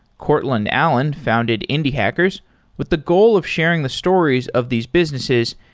courtland allen founded indie hackers with the goal of sharing the stories of these businesses,